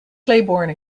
claiborne